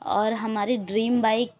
اور ہماری dream bike